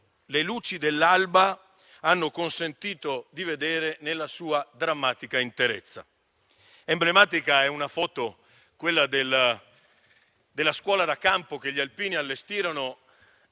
le luci dell'alba hanno consentito di vedere nella sua drammatica interezza. Emblematica è una foto, quella della scuola da campo che gli alpini allestirono